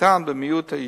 הניתן במיעוט היישובים,